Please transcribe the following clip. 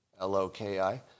L-O-K-I